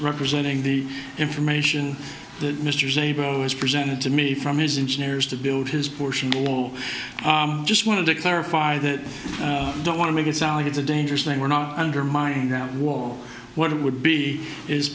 representing the information that mr zabel was presented to me from his engine is to build his portion will just want to clarify that i don't want to make it sound like it's a dangerous thing we're not undermining that wall what it would be is